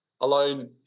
alone